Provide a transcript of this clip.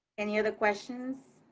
any other questions,